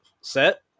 set